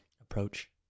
approach